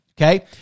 Okay